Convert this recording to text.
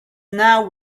now